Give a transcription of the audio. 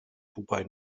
dubai